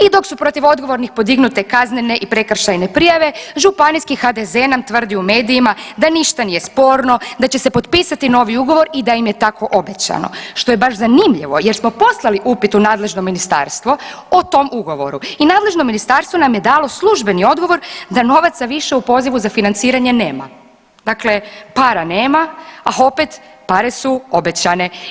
I dok su protiv odgovornih podignute kaznene i prekršajne prijave županijski HDZ nam tvrdi u medijima da ništa nije sporno, da će se potpisati novi ugovor i da im je tako obećano, što je baš zanimljivo jer smo poslali upit u nadležno ministarstvo o tom ugovoru i nadležno ministarstvo nam je dalo službeni odgovor da novaca više u pozivu za financiranje nema, dakle para nema, a opet pare su obećane.